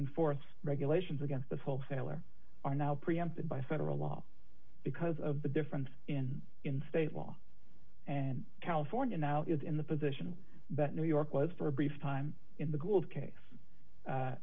enforce regulations against the wholesale are are now preempted by federal law because of the difference in in state law and california now is in the position that new york was for a brief time in the gould case